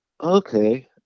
okay